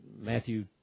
Matthew